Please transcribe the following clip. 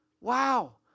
Wow